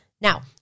Now